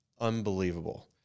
Unbelievable